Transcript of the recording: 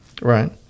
Right